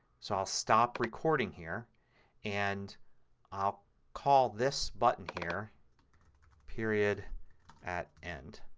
so i'll stop recording here and i'll call this button here period at end.